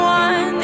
one